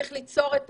צריך ליצור את